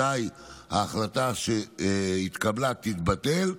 אזי ההחלטה שהתקבלה תתבטל,